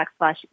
backslash